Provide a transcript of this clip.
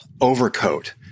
overcoat